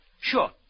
Sure